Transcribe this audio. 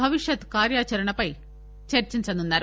భవిష్యత్ కార్యాచరణపై చర్చించనున్నారు